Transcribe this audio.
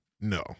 No